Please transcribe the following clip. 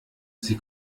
sie